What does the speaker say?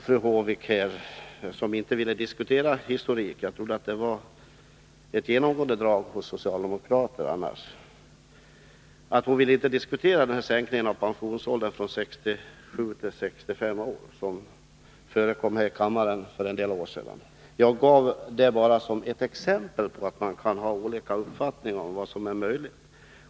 Fru Håvik ville inte diskutera historik. Jag trodde annars att det var ett genomgående drag hos socialdemokraterna. Hon ville inte diskutera det förslag om en sänkning av pensionsåldern från 67 till 65 år som var uppe till behandling i denna kammare för en del år sedan. Jag tog upp den frågan bara som ett exempel på att man kan ha olika uppfattningar om vad som är möjligt.